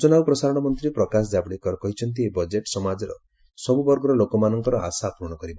ସୂଚନା ଓ ପ୍ରସାରଣ ମନ୍ତ୍ରୀ ପ୍ରକାଶ ଜାବଡେକର କହିଛନ୍ତି ଏହି ବଜେଟ୍ ସମାଜର ସବୁ ବର୍ଗର ଲୋକମାନଙ୍କର ଆଶା ପୂରଣ କରିବ